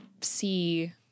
see